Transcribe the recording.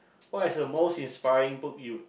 what's the most inspiring book you would